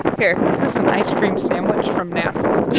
here is this an ice cream sandwich from nasa? no.